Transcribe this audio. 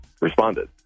responded